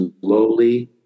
slowly